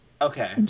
Okay